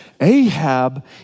Ahab